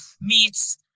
meets